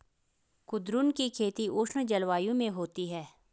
कुद्रुन की खेती उष्ण जलवायु में होती है